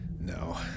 No